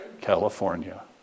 California